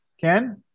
Ken